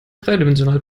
dreidimensional